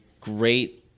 great